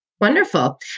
Wonderful